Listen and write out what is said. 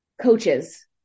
coaches